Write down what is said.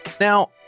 now